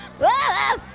whoa,